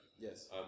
Yes